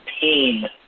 pain